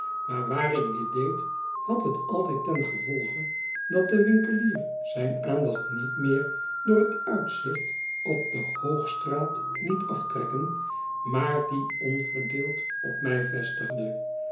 maar waar ik dit deed had het altijd ten gevolge dat de winkelier zijne aandacht niet meer door het uitzicht op dehoogstraat liet aftrekken maar die onverdeeld op mij vestigde